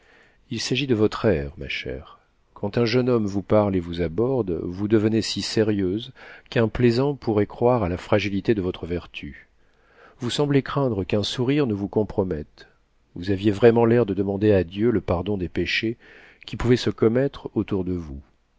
il s'agit de votre air ma chère quand un jeune homme vous parle et vous aborde vous devenez si sérieuse qu'un plaisant pourrait croire à la fragilité de votre vertu vous semblez craindre qu'un sourire ne vous compromette vous aviez vraiment l'air de demander à dieu le pardon des péchés qui pouvaient se commettre autour de vous